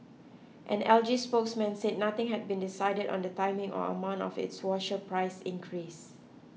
an L G spokesman said nothing had been decided on the timing or amount of its washer price increase